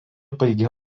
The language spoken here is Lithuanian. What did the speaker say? baigė